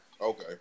Okay